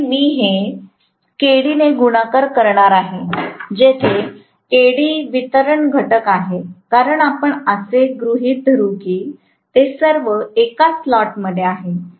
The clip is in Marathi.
आणि मी हे Kdने गुणाकार करणार आहे जिथे Kd वितरण घटक आहे कारण आपण असे गृहित धरू की ते सर्व एकाच स्लॉटमध्ये आहेत